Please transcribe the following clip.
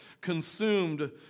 consumed